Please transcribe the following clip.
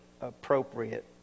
appropriate